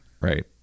right